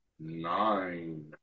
Nine